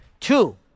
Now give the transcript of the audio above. Two